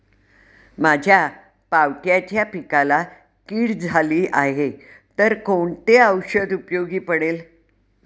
माझ्या पावट्याच्या पिकाला कीड झाली आहे तर कोणते औषध उपयोगी पडेल?